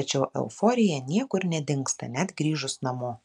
tačiau euforija niekur nedingsta net grįžus namo